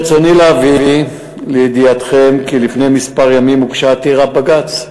ברצוני להביא לידיעתכם כי לפני כמה ימים הוגשה עתירה לבג"ץ,